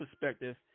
perspective